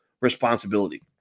responsibility